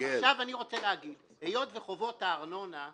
יודע שאתה שלחת מכתב שאחריו